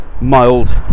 mild